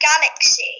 Galaxy